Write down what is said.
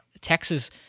Texas